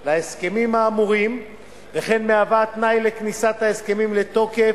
להסכמים האמורים וכן מהווה תנאי לכניסת ההסכמים לתוקף,